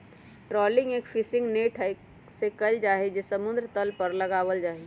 trawling एक fishing net से कइल जाहई जो समुद्र तल पर लगावल जाहई